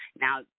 Now